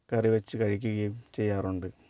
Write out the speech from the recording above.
കറി വെച്ച് കഴിക്കുകയും ചെയ്യാറുണ്ട്